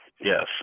Yes